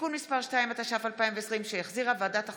(תיקון מס' 2), שהחזירה ועדת הכספים,